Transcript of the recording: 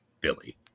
Billy